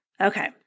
Okay